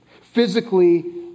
physically